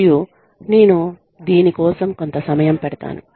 మరియు నేను దీని కోసం కొంత సమయం పెడతాను